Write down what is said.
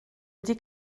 wedi